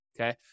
okay